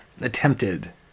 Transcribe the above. attempted